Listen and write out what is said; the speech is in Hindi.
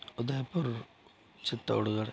उदयपुर चित्तौड़गढ़